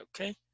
Okay